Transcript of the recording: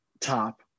top